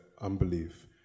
unbelief